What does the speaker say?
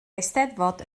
eisteddfod